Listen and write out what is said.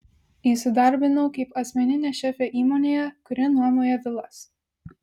įsidarbinau kaip asmeninė šefė įmonėje kuri nuomoja vilas